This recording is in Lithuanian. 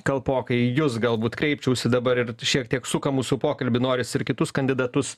kalpokai į jus galbūt kreipčiausi dabar ir šiek tiek suka mūsų pokalbį norisi ir kitus kandidatus